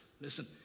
listen